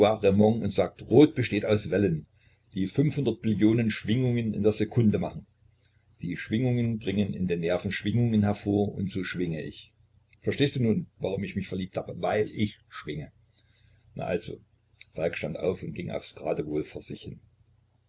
und sagt rot besteht aus wellen die fünfhundert billionen schwingungen in der sekunde machen die schwingungen bringen in den nerven schwingungen hervor und so schwinge ich verstehst du nun warum ich mich verliebt habe weil ich schwinge na also falk stand auf und ging aufs geratewohl vor sich hin